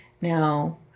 Now